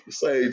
say